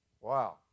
Wow